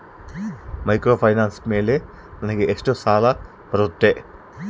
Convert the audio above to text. Microfinance ಮೇಲೆ ನನಗೆ ಎಷ್ಟು ಸಾಲ ಬರುತ್ತೆ?